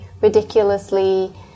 ridiculously